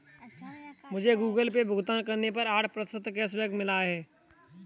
मुझे Google Pay भुगतान करने पर आठ प्रतिशत कैशबैक मिला है